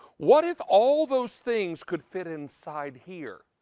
what if all those things could fit inside here?